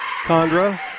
Condra